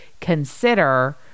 consider